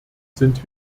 sind